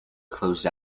closed